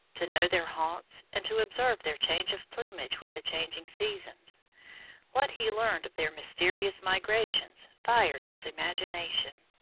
to know their haunts, and to observe their change of plumage with the changing seasons what he learned of their mysterious migrations fired his imagination.